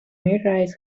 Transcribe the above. meerderheid